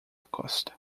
costa